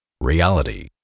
Reality